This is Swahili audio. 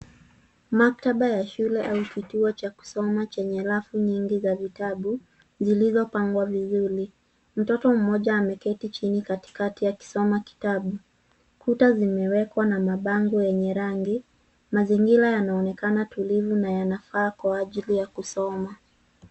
Maktaba ya shule, au kituo cha kusoma chenye rafu nyingi za vitabu zilizopangwa vizuri. Mtoto mmoja ameketi chini katikati akisoma kitabu. Kuta zimewekwa na mabango yenye rangi. Mazingira yanaonekana tulivu na yanafaa kwa ajili ya kusoma.